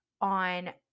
on